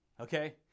okay